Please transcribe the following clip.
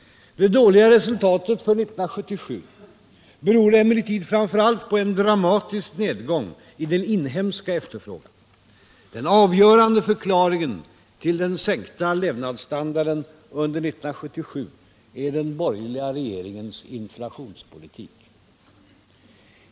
Det dåliga resultatet för 1977 beror emellertid framför allt på en dramatisk nedgång i den inhemska efterfrågan. Den avgörande förklaringen till den sänkta levnadsstandarden under 1977 är den borgerliga regeringens inflationspolitik.